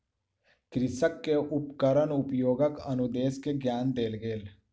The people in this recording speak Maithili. कृषक के उपकरण उपयोगक अनुदेश के ज्ञान देल गेल